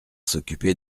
s’occuper